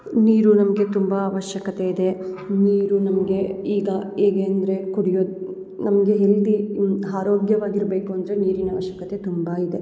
ನೀರು ನಮಗೆ ತುಂಬಾ ಆವಶ್ಯಕತೆ ಇದೆ ನೀರು ನಮಗೆ ಈಗ ಹೇಗೆ ಅಂದರೆ ಕುಡಿಯೋ ನಮಗೆ ಹೆಲ್ದಿ ಆರೋಗ್ಯವಾಗಿರ್ಬೇಕು ಅಂದರೆ ನೀರಿನ ಆವಶ್ಯಕತೆ ತುಂಬ ಇದೆ